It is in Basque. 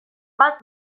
bat